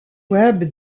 web